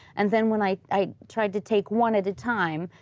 and then when i i tried to take one at a time,